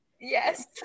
Yes